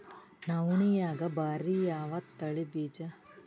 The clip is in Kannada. ನವಣಿಯಾಗ ಭಾರಿ ಯಾವದ ತಳಿ ಬೀಜ?